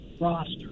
roster